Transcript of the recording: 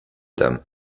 dame